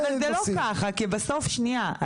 אבל זה לא ככה, כי בסוף, שנייה.